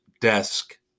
Desk